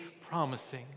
promising